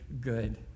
good